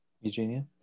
Eugenia